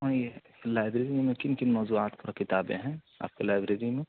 ہاں یہ لائبریری میں کن کن موضوعات پر کتابیں ہیں آپ کے لائبریری میں